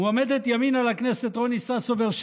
מועמדת ימינה לכנסת רוני ססובר,